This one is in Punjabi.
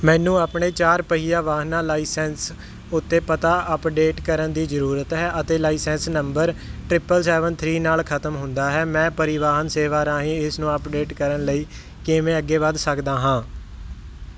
ਮੈਨੂੰ ਆਪਣੇ ਚਾਰ ਪਹੀਆ ਵਾਹਨ ਦਾ ਲਾਇਸੈਂਸ ਉੱਤੇ ਪਤਾ ਅਪਡੇਟ ਕਰਨ ਦੀ ਜ਼ਰੂਰਤ ਹੈ ਅਤੇ license number triple seven three ਨਾਲ ਖਤਮ ਹੁੰਦਾ ਹੈ ਮੈਂ ਪਰਿਵਾਹਨ ਸੇਵਾ ਰਾਹੀਂ ਇਸ ਨੂੰ ਅੱਪਡੇਟ ਕਰਨ ਲਈ ਕਿਵੇਂ ਅੱਗੇ ਵੱਧ ਸਕਦਾ ਹਾਂ